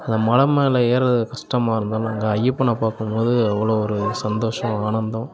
அந்த மலை மேலே ஏறது கஸ்டமாக இருந்தாலும் அங்கே ஐயப்பனை பார்க்கும் போது அவ்வளோ ஒரு சந்தோஷம் ஆனந்தம்